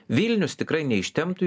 vilnius tikrai neištemptų